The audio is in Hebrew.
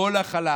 כל הכלה,